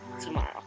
tomorrow